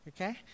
Okay